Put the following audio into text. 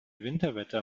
winterwetter